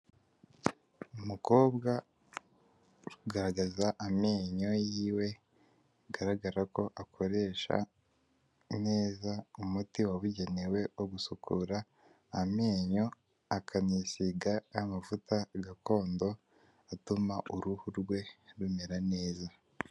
Umukobwa uri kugaragaza amenyo yiwe, bigaragara ko akoresha neza umuti wabugenewe wo gusukura amenyo, akanisiga amavuta gakondo atuma uruhu rwe rumera neza.